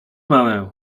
mamę